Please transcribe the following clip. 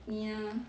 你呢